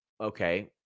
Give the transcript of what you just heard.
okay